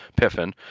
piffin